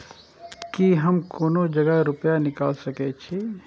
की हम कोनो जगह रूपया निकाल सके छी?